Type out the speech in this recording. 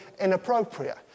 inappropriate